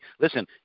Listen